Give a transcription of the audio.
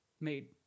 made